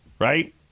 right